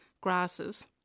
grasses